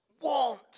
want